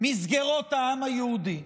מסגרות העם היהודי,